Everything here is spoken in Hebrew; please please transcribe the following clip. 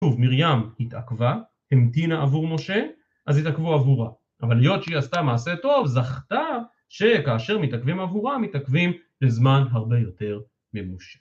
טוב, מרים התעכבה, המתינה עבור משה, אז התעכבו עבורה. אבל היות שהיא עשתה מעשה טוב, זכתה שכאשר מתעכבים עבורה, מתעכבים לזמן הרבה יותר ממושך.